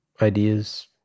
ideas